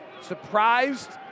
surprised